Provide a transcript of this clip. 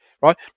right